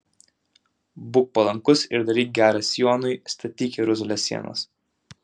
būk palankus ir daryk gera sionui statyk jeruzalės sienas